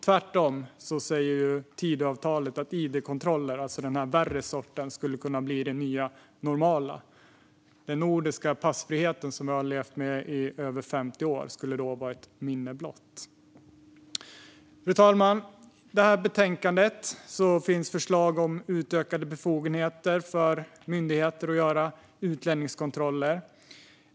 Tvärtom säger Tidöavtalet att id-kontroller, alltså den värre sortens kontroller, ska kunna bli det nya normala. Den nordiska passfriheten, som vi har levt med i över 50 år, skulle då vara ett minne blott. Fru talman! I betänkandet finns förslag om utökade befogenheter för myndigheter att göra utlänningskontroller.